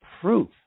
proof